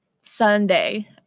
Sunday